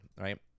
right